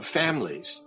families